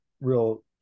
real